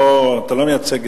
אתה לא מייצג את,